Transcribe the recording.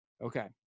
Okay